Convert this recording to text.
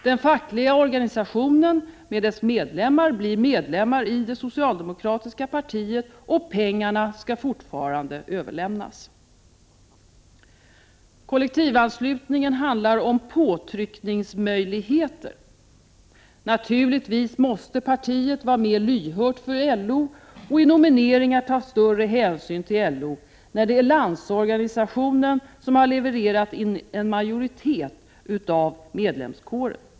Den fackliga organisationen med dess medlemmar blir medlemmar i det socialdemokratiska partiet, och pengarna skall fortfarande överlämnas. Kollektivanslutningen handlar om påtryckningsmöjligheter. Naturligtvis måste partiet vara mer lyhört för LO och i nomineringar ta större hänsyn till LO, när det är Landsorganisationen som har levererat in en majoritet av medlemskåren.